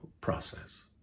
process